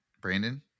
Brandon